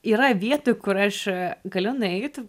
yra vietų kur aš galiu nueit